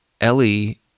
Ellie